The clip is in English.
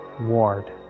ward